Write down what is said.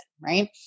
Right